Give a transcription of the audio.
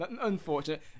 unfortunate